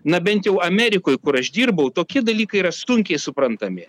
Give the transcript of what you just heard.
na bent jau amerikoj kur aš dirbau tokie dalykai yra sunkiai suprantami